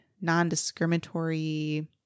non-discriminatory